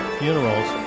funerals